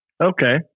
Okay